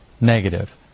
negative